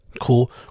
cool